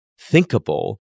thinkable